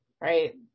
right